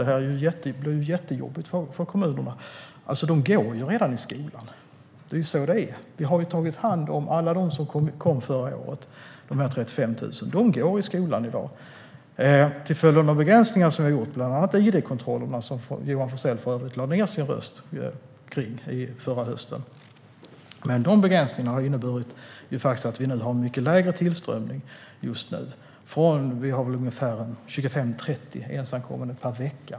Det blir ju jättejobbigt för kommunerna. De går ju redan i skolan. Det är så det är. Vi har tagit hand om alla som kom förra året - de 35 000 går i skolan i dag. De begränsningar vi gjort - bland annat id-kontrollerna, som Johan Forssell för övrigt lade ned sin röst om förra hösten - har inneburit att vi just nu har en mycket lägre tillströmning. Nu kommer en 25, 30 ensamkommande per vecka.